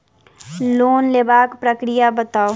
Loan लेबाक प्रक्रिया बताऊ?